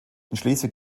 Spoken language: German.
schleswig